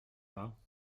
pas